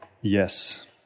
Yes